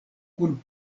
kun